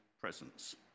presence